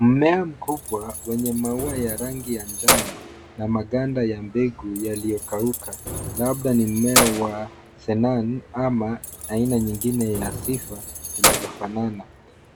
Mmea mkubwa wenye maua ya rangi ya njano na maganda ya mbegu yaliyokauka, labda ni mmea wa senan ama aina nyingine ya sifa zinazofanana.